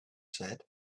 said